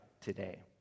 today